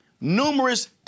numerous